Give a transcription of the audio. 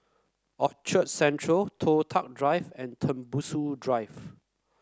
Orchard Central Toh Tuck Drive and Tembusu Drive